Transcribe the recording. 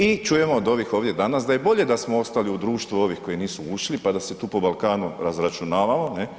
I čujemo od ovih ovdje danas da je i bolje da smo ostali u društvu ovih koji nisu ušli pa da se tu po Balkanu razračunavamo.